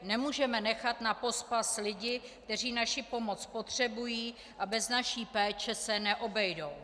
Nemůžeme nechat napospas lidi, kteří naši pomoc potřebují a bez naší péče se neobejdou.